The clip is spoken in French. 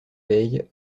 veille